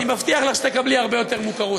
אני מבטיח לך שתקבלי הרבה יותר מוכרות.